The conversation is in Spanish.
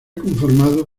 conformado